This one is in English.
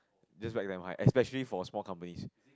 just write damn high especially for small companies